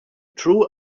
true